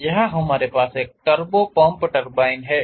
तो यहाँ हमारे पास एक टर्बो पंप टरबाइन है